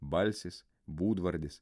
balsis būdvardis